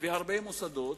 ובהרבה מוסדות